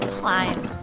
and climb